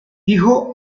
dijo